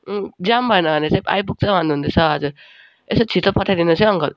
उम् जाम भएन भने चाहिँ आइपुग्छ भन्नु हुँदैछ हजुर यसो छिटो पठाइदिनुहोस् है अङ्कल